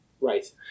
Right